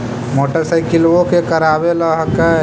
मोटरसाइकिलवो के करावे ल हेकै?